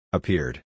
Appeared